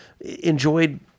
enjoyed